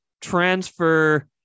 transfer